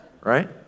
right